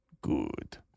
good